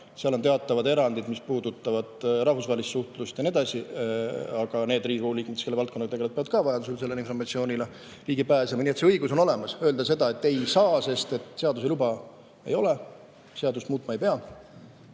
Seal on teatavad erandid, mis puudutavad rahvusvahelist suhtlust ja nii edasi. Aga need Riigikogu liikmed, kes selle valdkonnaga tegelevad, peavad vajadusel ka sellele informatsioonile ligi pääsema. Nii et see õigus on olemas. Öelda seda, et ei saa, sest seadus ei luba, ei ole [võimalik]. Seadust muutma ei pea.